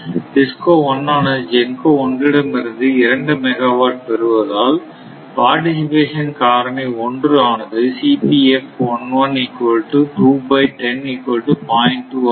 DISCO 1 ஆனது GENCO 1 இடம் இருந்து 2 மெகாவாட் பெறுவதால் பார்டிசிபேசன் காரணி 1 ஆனது ஆக இருக்கும்